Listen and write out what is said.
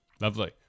Lovely